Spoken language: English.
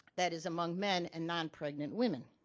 that is, among men and nonpregnant women.